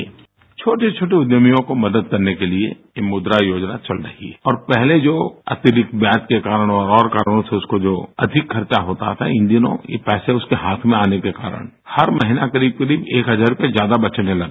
bite छोटी छोटी उद्योगों को मदद करने के लिए ये मुद्रा योजना चल रही है और पहले जो अतिरिक्त ब्याज के कारणों और कारणों से अधिक खर्चा होता था इन दिनों ये पैसे इनके हाथ में आने के कारण हर महीना करीब करीब एक हजार रूपया ज्यादा बचने लगा